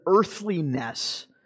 earthliness